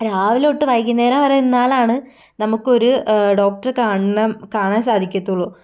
രാവിലെത്തൊട്ട് വൈകുന്നേരം വരെ നിന്നാലാണ് നമുക്ക് ഒരു ഡോക്ടറെ കാണണം കാണാൻ സാധിക്കത്തൊള്ളു